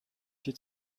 die